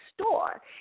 Store